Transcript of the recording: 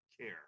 care